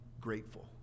grateful